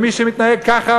ומי שמתנהג ככה,